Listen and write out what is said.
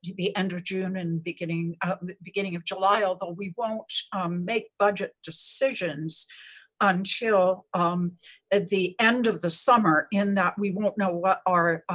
the end of june and beginning of beginning of july, although we won't make budget decisions until um and the end of the summer in that we won't know what our